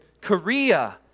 Korea